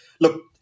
Look